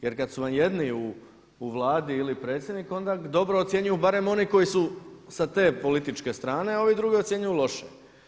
Jer kad su vam jedni u Vladi ili predsjednik onda dobro ocjenjuju barem oni koji su sa te političke strane a ovi drugi ocjenjuju loše.